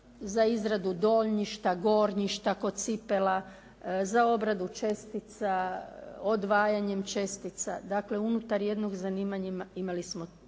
za izradu donjišta, gornjišta kod cipela, za obradu čestica odvajanjem čestica dakle unutar jednog zanimanja imali smo